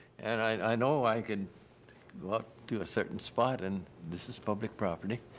and i know i can walk to a certain spot and this is public property.